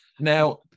Now